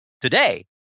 today